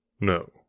No